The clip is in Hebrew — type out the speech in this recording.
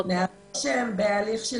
נערים שהם בהליך של